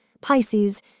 Pisces